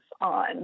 on